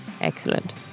Excellent